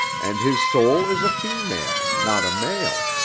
and his soul is a female, not a male.